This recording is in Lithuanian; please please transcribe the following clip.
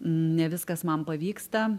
ne viskas man pavyksta